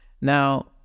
Now